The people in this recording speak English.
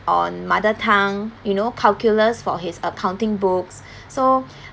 on mother tongue you know calculus for his accounting books so